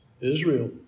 Israel